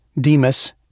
Demas